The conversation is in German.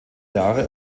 jahre